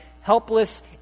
helpless